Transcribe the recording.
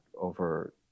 over